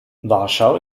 warschau